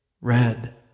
red